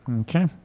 Okay